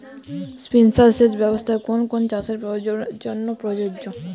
Sprinkler সেচ ব্যবস্থার কোন কোন চাষের জন্য প্রযোজ্য?